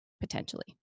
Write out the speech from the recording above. potentially